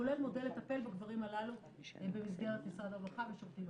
כולל מודל לטפל בגברים הללו במסגרת משרד הרווחה ושירותים אחרים.